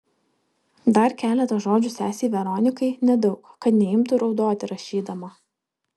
dar keletą žodžių sesei veronikai nedaug kad neimtų raudoti rašydama